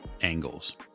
angles